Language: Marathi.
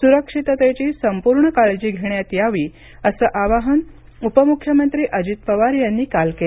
सुरक्षिततेची संपूर्ण काळजी घेण्यात यावी असे आवाहन उपमुख्यमंत्री अजित पवार यांनी काल केलं